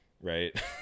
right